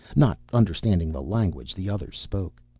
not understanding the language the others spoke.